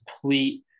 complete